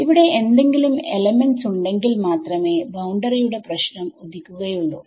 ഇവിടെ എന്തെങ്കിലും എലമെന്റ്സ്ഉണ്ടെങ്കിൽ മാത്രമെ ബൌണ്ടറിയുടെ പ്രശ്നം ഉദിക്കുകയുള്ളൂ